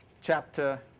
chapter